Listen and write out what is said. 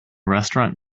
restaurant